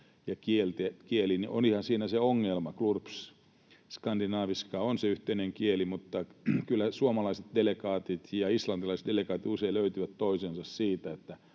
ja kieleen. Olihan siinä se ongelma — glurps — että skandinaviska on se yhteinen kieli, mutta kyllä suomalaiset delegaatit ja islantilaiset delegaatit usein löytävät toisensa siitä,